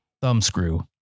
Thumbscrew